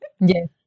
Yes